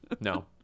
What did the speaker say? No